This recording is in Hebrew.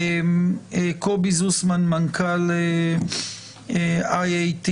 קובי זוסמן, מנכ"ל IATA